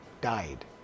died